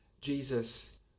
Jesus